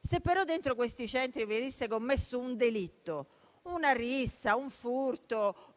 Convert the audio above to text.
se dentro questi centri venisse commesso un delitto, una rissa o un furto,